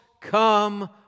come